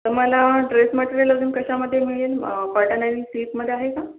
तर मला dress material अजून कशामध्ये मिळेल कॉटन आणि सिल्कमध्ये आहे का